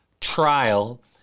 trial